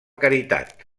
caritat